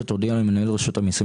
היום כ"ב בתמוז תשפ"ג,